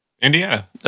Indiana